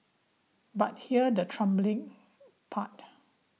but here's the troubling part